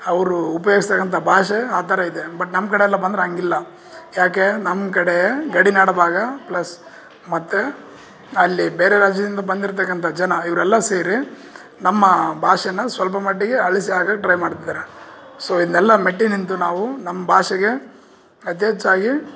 ಅವರು ಉಪ್ಯೋಗಿಸ್ತಕ್ಕಂಥ ಭಾಷೆ ಆ ಥರ ಇದೆ ಬಟ್ ನಮ್ಮ ಕಡೆ ಎಲ್ಲ ಬಂದರೆ ಹಂಗಿಲ್ಲ ಯಾಕೆ ನಮ್ಮ ಕಡೆ ಗಡಿನಾಡು ಭಾಗ ಪ್ಲಸ್ ಮತ್ತು ಅಲ್ಲಿ ಬೇರೆ ರಾಜ್ಯದಿಂದ ಬಂದಿರ್ತಕ್ಕಂಥ ಜನ ಇವರೆಲ್ಲ ಸೇರಿ ನಮ್ಮ ಭಾಷೆ ಸ್ವಲ್ಪ ಮಟ್ಟಿಗೆ ಅಳಿಸಿ ಹಾಕೋಕ್ ಟ್ರೈ ಮಾಡ್ತಿದಾರೆ ಸೋ ಇದನ್ನೆಲ್ಲ ಮೆಟ್ಟಿ ನಿಂತು ನಾವು ನಮ್ಮ ಭಾಷೆಗೆ ಅತಿ ಹೆಚ್ಚಾಗಿ